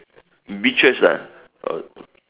beaches ah